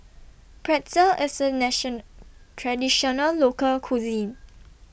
Pretzel IS A Nation Traditional Local Cuisine